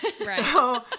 Right